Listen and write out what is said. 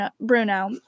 Bruno